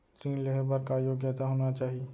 ऋण लेहे बर का योग्यता होना चाही?